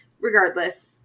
Regardless